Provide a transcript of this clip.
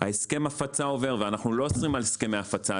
ההסכם הפצה עובר ואנחנו לא אוסרים על הסכמי הפצה,